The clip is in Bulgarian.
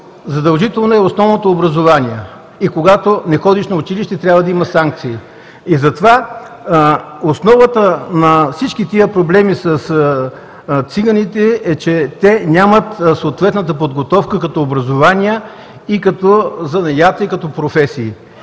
задължително е основното образование, и когато не ходиш на училище, трябва да има санкции. Основата на всички тези проблеми с циганите е, че те нямат съответната подготовка като образование и като занаяти, и като професии.